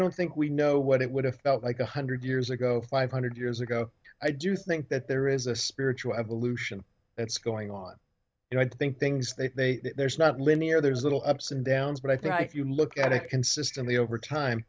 don't think we know what it would have felt like a hundred years ago five hundred years ago i do think that there is a spiritual evolution that's going on and i think things they there's not linear there's little ups and downs but i think if you look at it consistently over time